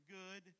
good